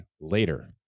later